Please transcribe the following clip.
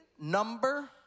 number